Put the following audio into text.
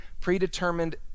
predetermined